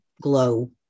glow